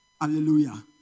Hallelujah